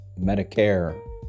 Medicare